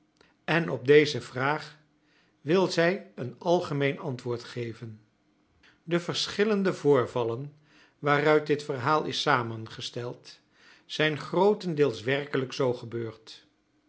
en op deze vraag wil zij een algemeen antwoord geven de verschillende voorvallen waaruit dit verhaal is samengesteld zijn grootendeels werkelijk zoo gebeurd